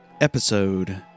episode